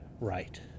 right